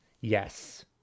Yes